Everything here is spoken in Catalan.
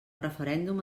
referèndum